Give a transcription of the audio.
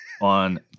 on